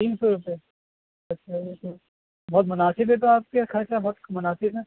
تین سو روپئے اچھا اچھا بہت مناسب ریٹ ہیں آپ کے خرچہ بہت مناسب ہے